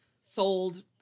sold